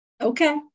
okay